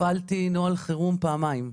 הפעלתי נוהל חירום פעמיים.